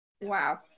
Wow